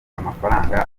amafaranga